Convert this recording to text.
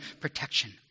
protection